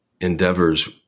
endeavors